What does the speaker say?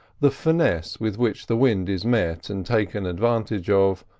the finesse with which the wind is met and taken advantage of,